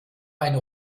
eine